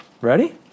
Ready